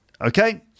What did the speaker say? Okay